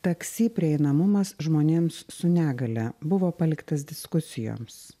taksi prieinamumas žmonėms su negalia buvo paliktas diskusijoms